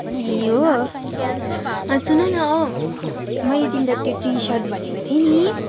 ए हो अनि सुन न औ मैले तिमीलाई त्यो टी सर्ट भनेको थिएँ नि